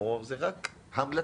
או שזה רק המלצה?